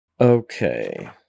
Okay